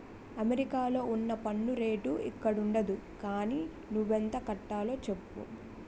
అమెరికాలో ఉన్న పన్ను రేటు ఇక్కడుండదు గానీ నువ్వెంత కట్టాలో చెప్పు